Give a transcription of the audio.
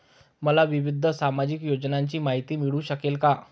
मला विविध सामाजिक योजनांची माहिती मिळू शकेल का?